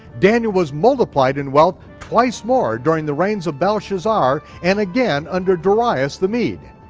daniel was multiplied in wealth twice more during the reigns of belshazzar and again under darius the mede.